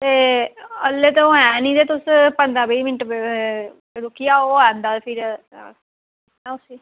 ऐ इसलै ते ओह् ऐ नी ते तुस पंदरां बीह् ब मिंट्ट रुकी आओ ओह् आंदा फिर